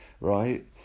right